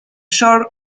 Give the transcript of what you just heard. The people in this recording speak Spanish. shore